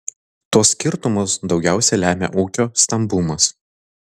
tuos skirtumus daugiausiai lemia ūkio stambumas